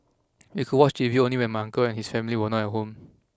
and we could watch T V only when my uncle and his family were not at home